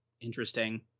interesting